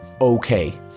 okay